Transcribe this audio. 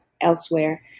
elsewhere